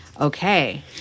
Okay